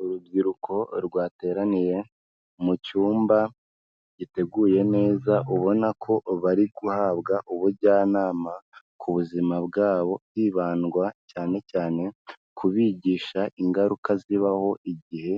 Urubyiruko rwateraniye mu cyumba giteguye neza, ubona ko bari guhabwa ubujyanama ku buzima bwabo hibandwa cyane cyane kubigisha ingaruka zibaho igihe